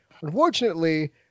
unfortunately